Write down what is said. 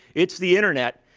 it's the internet.